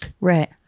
Right